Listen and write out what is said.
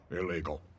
illegal